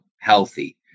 healthy